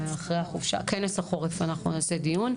בכנס החורף אנחנו נעשה דיון.